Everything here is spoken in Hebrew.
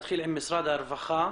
נתחיל עם משרד הרווחה.